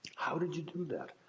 how did you do that?